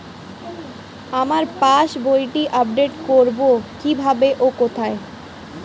আমার পাস বইটি আপ্ডেট কোরবো কীভাবে ও কোথায়?